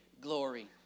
glory